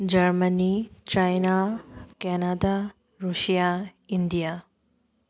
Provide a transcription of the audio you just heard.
Germany China Canada Russia India